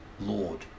Lord